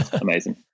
amazing